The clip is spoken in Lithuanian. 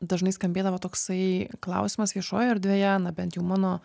dažnai skambėdavo toksai klausimas viešojoje erdvėje na bent jau mano